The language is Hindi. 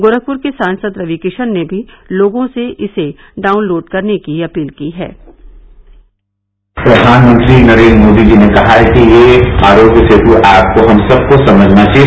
गोरखपुर के सांसद रविकिशन ने भी लोगों से इसे डाउनलोड करने की अपील की है प्रयानमंत्री नरेन्द्र मोदी जी ने कहा है कि आरोग्य सेतु ऐप हम सबको समझना चाहिए